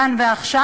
כאן ועכשיו,